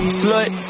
slut